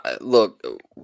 look